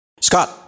Scott